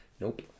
Nope